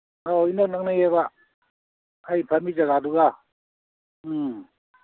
ꯑꯧ ꯏꯅꯛ ꯅꯛꯅꯩꯌꯦꯕ ꯑꯩ ꯐꯝꯃꯤ ꯖꯒꯥꯗꯨꯒ ꯎꯝ